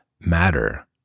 matter